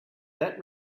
that